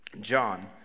John